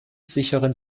sicheren